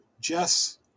Jess